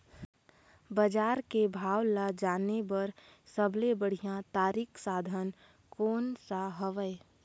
बजार के भाव ला जाने बार सबले बढ़िया तारिक साधन कोन सा हवय?